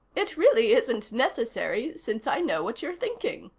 it really isn't necessary, since i know what you're thinking.